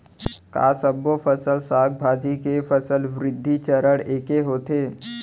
का सबो फसल, साग भाजी के फसल वृद्धि चरण ऐके होथे?